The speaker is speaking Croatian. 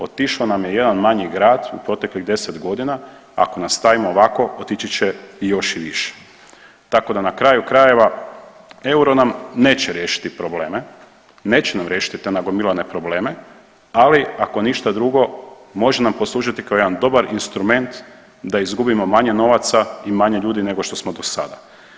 Otišao nam je jedan manji grad u proteklih 10 godina, ako nastavimo ovako, otići će i još i više, tako da na kraju krajeva, euro nam neće riješiti probleme, neće nam riješiti te nagomilane probleme, ali, ako ništa drugo, može nam poslužiti kao jedan dobar instrument da izgubimo manje novaca i manje ljudi nego što smo do sada.